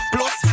Plus